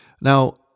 Now